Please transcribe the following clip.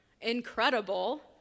incredible